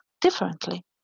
differently